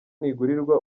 ntigurirwa